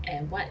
and what